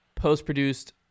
post-produced